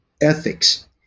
ethics